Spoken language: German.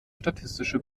statistische